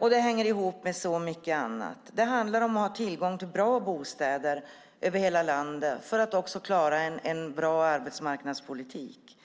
Det hänger ihop med så mycket annat. Det handlar om att ha tillgång till bra bostäder över hela landet för att också klara en bra arbetsmarknadspolitik.